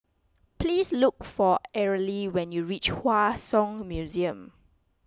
please look for Arely when you reach Hua Song Museum